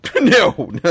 No